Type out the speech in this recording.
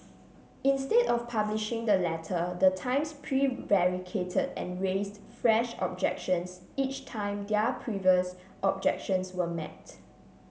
instead of publishing the letter the Times prevaricated and raised fresh objections each time their previous objections were met